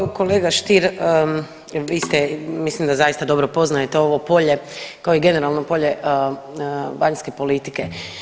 Pa evo kolega Stier vi ste, mislim da zaista dobro poznajete ovo polje kao i generalno polje vanjske politike.